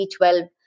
B12